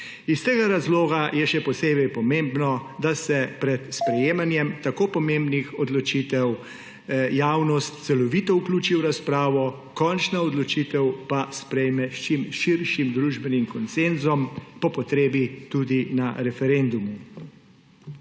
Iz tega razloga je še posebej pomembno, da se pred sprejemanjem tako pomembnih odločitev javnost celovito vključi v razpravo, končna odločitev pa sprejme s čim širšim družbenim konsenzom, po potrebi tudi na referendumu.